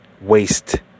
waste